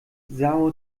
são